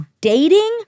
dating